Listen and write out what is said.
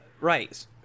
right